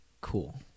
cool